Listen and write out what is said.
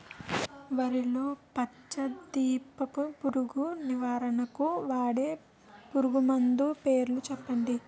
వరిలో పచ్చ దీపపు పురుగు నివారణకు వాడే పురుగుమందు పేరు చెప్పండి?